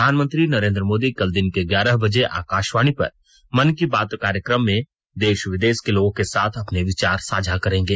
प्रधानमंत्री नरेन्द्र मोदी कल दिन के ग्यारह बजे आकाशवाणी पर मन की बात कार्यक्रम में देश विदेश के लोगों के साथ अपने विचार साझा करेंगे